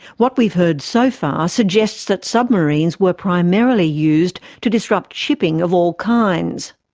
what we've heard so far ah suggests that submarines were primarily used to disrupt shipping of all kinds.